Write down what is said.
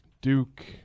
Duke